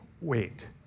wait